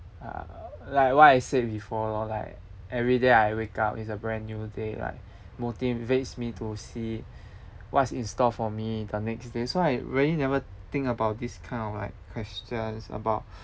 uh like what I said before lor like every day I wake up is a brand new day like motivates me to see what's in store for me the next day so I really never think about this kind of like questions about